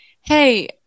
hey